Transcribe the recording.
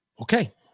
Okay